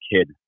kid